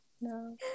No